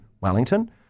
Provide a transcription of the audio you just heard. Wellington